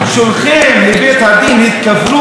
"שולחיהם לבית הדין התכוונו,